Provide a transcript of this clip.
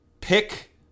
pick